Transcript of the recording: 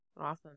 Awesome